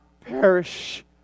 perish